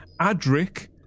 Adric